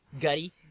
gutty